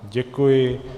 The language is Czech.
Děkuji.